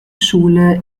schule